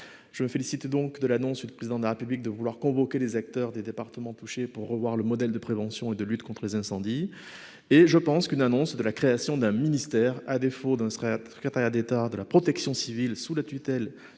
Je me félicite donc de l'annonce du Président de la République, qui souhaite convoquer les acteurs des départements touchés pour revoir le modèle de prévention et de lutte contre les incendies. Je pense que l'annonce de la création d'un ministère de la protection civile ou, à défaut,